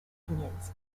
opinions